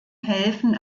helfen